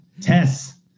Tess